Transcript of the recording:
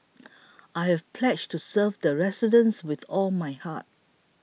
I have pledged to serve the residents with all my heart